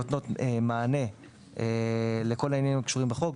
שנותנות מענה לכל העניינים הקשורים בחוק,